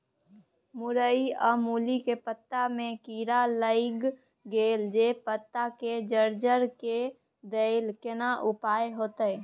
मूरई आ मूली के पत्ता में कीरा लाईग गेल जे पत्ता के जर्जर के देलक केना उपाय होतय?